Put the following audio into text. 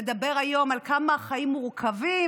הוא מדבר היום על כמה החיים מורכבים